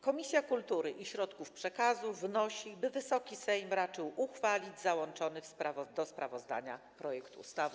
Komisja Kultury i Środków Przekazu wnosi, by Wysoki Sejm raczył uchwalić załączony do sprawozdania projekt ustawy.